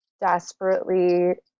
desperately